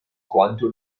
quanto